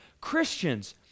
Christians